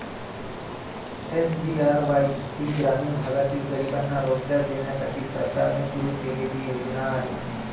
SGRY ही ग्रामीण भागातील गरिबांना रोजगार देण्यासाठी सरकारने सुरू केलेली योजना आहे